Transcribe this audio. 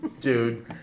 Dude